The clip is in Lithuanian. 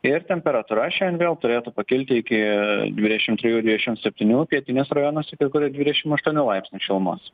ir temperatūra šian vėl turėtų pakilti iki dvidešim trijų dvidešim septynių pietiniuose rajonuose kai kur ir dvidešim aštuonių laipsnių šilumos